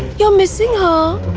you're missing her?